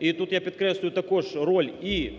і тут я підкреслюю також роль і